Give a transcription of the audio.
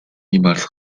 niemals